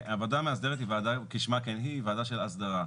הוועדה המסדרת, כשמה כן היא, ועדה של הסדרה.